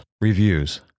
reviews